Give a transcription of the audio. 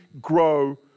grow